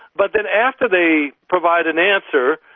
but then after they provide an answer,